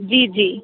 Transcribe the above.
जी जी